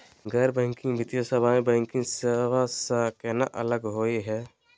गैर बैंकिंग वित्तीय सेवाएं, बैंकिंग सेवा स केना अलग होई हे?